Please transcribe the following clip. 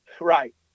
Right